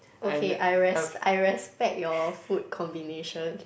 okay I res~ I respect your food combination